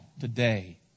today